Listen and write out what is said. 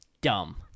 dumb